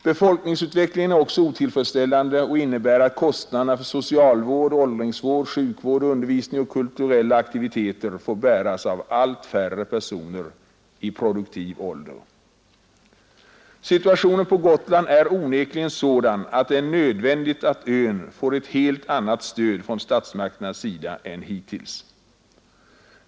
Befolkningsutvecklingen är också otillfredsställande och innebär att kostnaderna för socialvård, åldringsvård, sjukvård, undervisning och kulturella aktiviteter får bäras av allt färre personer i produktiv ålder. Situationen på Gotland är utan tvekan sådan att det är nödvändigt att ön får ett helt annat stöd från statsmakternas sida än hittills.